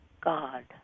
God